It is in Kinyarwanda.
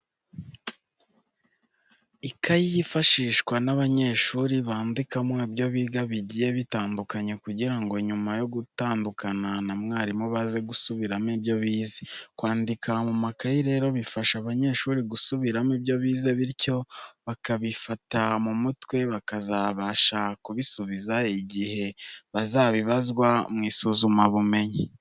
Ikayi yifashishwa n'abanyeshuri bakandikamo ibyo biga bigiye bitandukanye kugira ngo nyuma yo gutandukana na mwarimu baze gusubiramo ibyo bize. Kwandika mu makayi rero bifasha abanyeshuri gusubiramo ibyo bize bityo bakabifata mu mutwe, bakazabasha kubisubiza igihe bazabibazwa mu isuzumabumenyi.